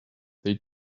they